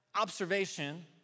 observation